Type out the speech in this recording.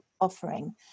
offering